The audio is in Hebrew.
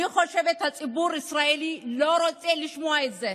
אני חושבת שהציבור הישראלי לא רוצה לשמוע את זה.